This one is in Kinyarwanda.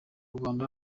rwanda